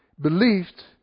believed